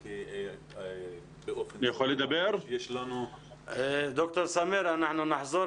בצל הקורונה, התחלנו לדבר על חמצן ושטחנו